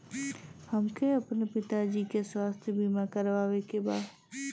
हमके अपने पिता जी के स्वास्थ्य बीमा करवावे के बा?